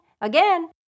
again